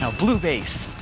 um blue base.